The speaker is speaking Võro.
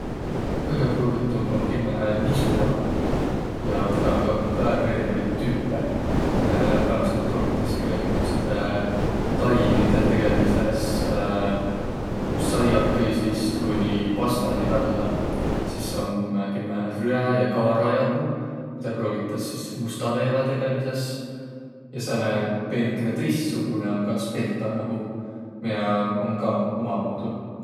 No kõgõ pruugitumb om kimmähe nisujahu ja tedä om ka väega erinevit tüüpe. Päämidselt pruugitas egäsugutsidõ tainidõ tegemises saiakõisist kooniq pastani vällä. Sis om kimmähe rüä- ja kaarajahu, midä pruugitas sis musta leevä tegemises. Ja sääne veidükene tõistsugunõ om ka speltajahu, miä om ka ummamuudu.